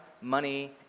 money